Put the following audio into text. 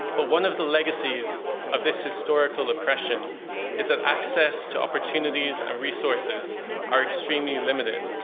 but one of the legacies of this historical oppression is that access to opportunities and resources are extremely limited.